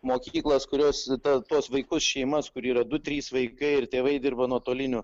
mokyklas kurios tą tuos vaikus šeimas kur yra du trys vaikai ir tėvai dirba nuotoliniu